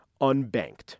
unbanked